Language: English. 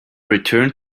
returned